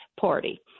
party